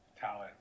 talent